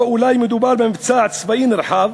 או אולי מדובר במבצע צבאי נרחב